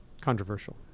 controversial